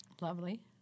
Lovely